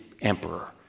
emperor